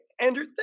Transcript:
Andrew